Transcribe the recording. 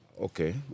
Okay